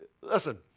listen